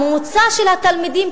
הממוצע של התלמידים,